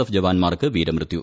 F ജവാൻമാർക്ക് വീരമൃത്യു